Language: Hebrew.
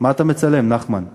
חברי הכנסת, כל מאגר סופו להיפרץ.